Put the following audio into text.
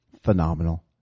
Phenomenal